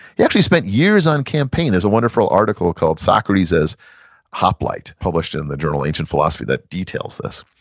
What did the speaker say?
he actually spent years on campaign. there's a wonderful article called socrates as hoplite published in the journal ancient philosophy that details this.